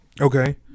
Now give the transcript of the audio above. Okay